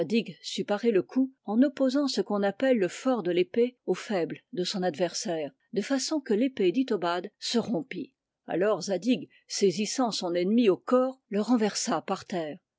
le coup en opposant ce qu'on appelle le fort de l'épée au faible de son adversaire de façon que l'épée d'itobad se rompit alors zadig saisissant son ennemi au corps le renversa par terre